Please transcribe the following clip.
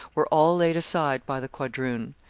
were all laid aside by the quadroon,